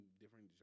different